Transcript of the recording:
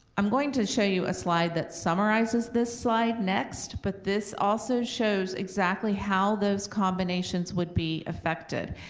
i'm going to show you a slide that summarizes this slide next, but this also shows exactly how those combinations would be affected,